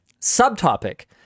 subtopic